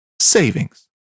savings